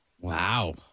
Wow